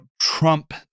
Trump